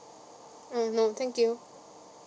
uh no thank you